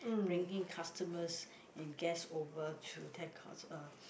bringing customers and guest over to ten courts uh